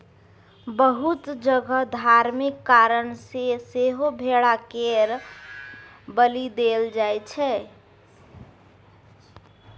बहुत जगह धार्मिक कारण सँ सेहो भेड़ा केर बलि देल जाइ छै